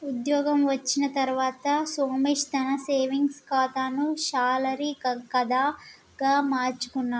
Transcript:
ఉద్యోగం వచ్చిన తర్వాత సోమేశ్ తన సేవింగ్స్ కాతాను శాలరీ కాదా గా మార్చుకున్నాడు